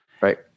Right